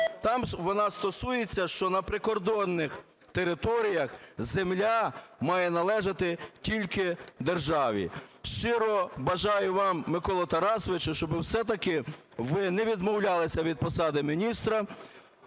Там вона стосується, що на прикордонних територіях земля має належать тільки державі. Щиро бажаю вам, Миколо Тарасовичу, щоби все-таки ви не відмовлялися від посади міністра,